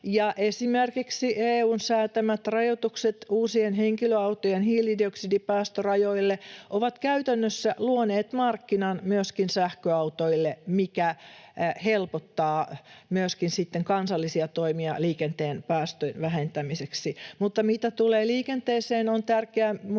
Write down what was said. esimerkiksi EU:n säätämät rajoitukset uusien henkilöautojen hiilidioksidipäästörajoille ovat käytännössä luoneet markkinan sähköautoille, mikä helpottaa myöskin sitten kansallisia toimia liikenteen päästöjen vähentämiseksi. Mutta mitä tulee liikenteeseen, on tärkeää muistaa,